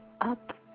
up